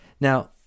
Now